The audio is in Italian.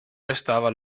restava